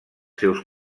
seus